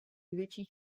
větší